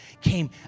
came